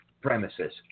premises